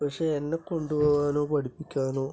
പക്ഷേ എന്നെ കൊണ്ടു പോകാനോ പഠിപ്പിക്കാനോ